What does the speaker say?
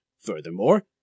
furthermore